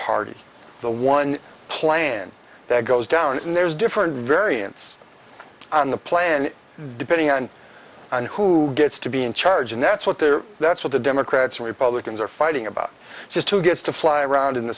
party the one plan that goes down and there's different variants on the plan depending on who gets to be in charge and that's what they're that's what the democrats and republicans are fighting about just who gets to fly around in the